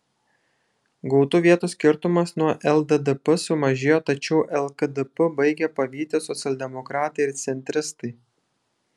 gautų vietų skirtumas nuo lddp sumažėjo tačiau lkdp baigia pavyti socialdemokratai ir centristai